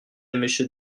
monsieur